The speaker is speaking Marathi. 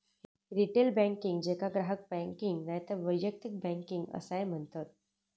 रिटेल बँकिंग, जेका ग्राहक बँकिंग नायतर वैयक्तिक बँकिंग असाय म्हणतत